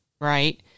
right